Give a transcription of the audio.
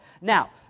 Now